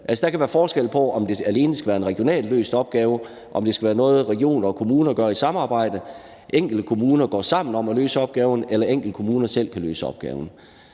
Der kan være forskel på, om det alene skal være en regionalt løst opgave, om det skal være noget, regioner og kommuner gør i samarbejde, om enkelte kommuner går sammen om at løse opgaven, eller om enkeltkommuner selv kan løse opgaven.